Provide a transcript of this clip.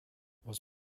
was